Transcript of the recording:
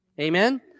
Amen